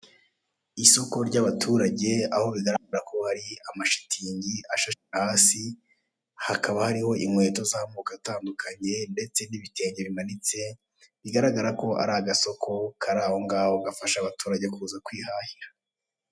Isoko ry'abaturage aho bigaragara ko hari amashitingi ashashe hasi, hakaba hariho inkweto z'amoko atandukanye ndetse n'ibitenge bimanitse bigaragara ko ari agasoko kari aho ngaho gafasha abaturage kuza kwihahira.